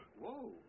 Whoa